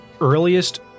earliest